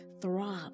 throb